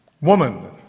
Woman